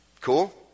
Cool